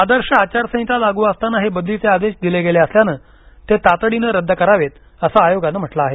आदर्श आचार संहिता लागू असताना हे बदलीचे आदेश दिले गेले असल्यानं ते तातडीनं रद्द करावेत असं आयोगानं म्हटलं आहे